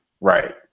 Right